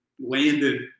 landed